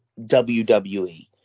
WWE